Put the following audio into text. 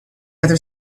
other